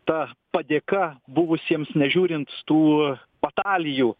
ta padėka buvusiems nežiūrint tų batalijų